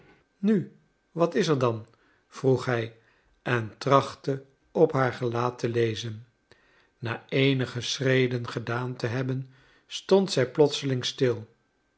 nu wat is er dan vroeg hij en trachtte op haar gelaat te lezen na eenige schreden gedaan te hebben stond zij plotseling stil